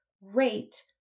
rate